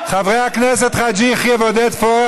חברי הכנסת חאג' יחיא ועודד פורר,